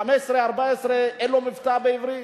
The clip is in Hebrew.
14 15, אין לו מבטא בעברית,